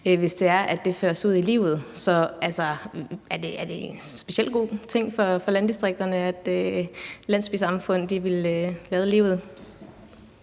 hvis det føres ud i livet. Så er det en specielt god ting for landdistrikterne, at landsbysamfund vil skulle